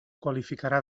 qualificarà